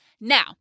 Now